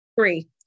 Three